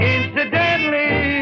Incidentally